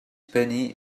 penny